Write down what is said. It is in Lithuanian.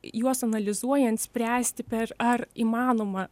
juos analizuojant spręsti per ar įmanoma